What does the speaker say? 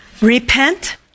Repent